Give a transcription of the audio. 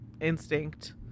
instinct